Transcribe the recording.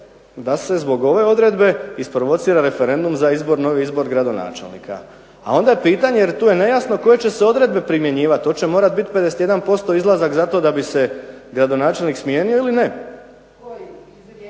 da se zbog ove odredbe isprovocira referendum za izbor, novi izbor gradonačelnika. A onda pitanje, jer tu je nejasno koje će se odredbe primjenjivati, hoće morati biti 51% izlazak zato da bi se gradonačelnik smijenio ili ne. …/Upadica se